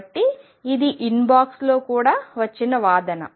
కాబట్టి ఇది ఇన్బాక్స్లో కూడా వచ్చిన వాదన